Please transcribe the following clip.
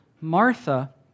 Martha